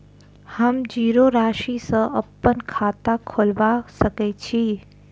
हम जीरो राशि सँ अप्पन खाता खोलबा सकै छी?